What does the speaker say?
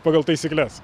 pagal taisykles